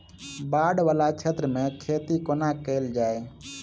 बाढ़ वला क्षेत्र मे खेती कोना कैल जाय?